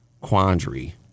quandary